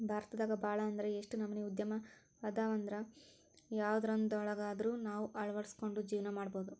ಭಾರತದಾಗ ಭಾಳ್ ಅಂದ್ರ ಯೆಷ್ಟ್ ನಮನಿ ಉದ್ಯಮ ಅದಾವಂದ್ರ ಯವ್ದ್ರೊಳಗ್ವಂದಾದ್ರು ನಾವ್ ಅಳ್ವಡ್ಸ್ಕೊಂಡು ಜೇವ್ನಾ ಮಾಡ್ಬೊದು